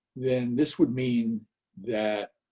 then this would mean that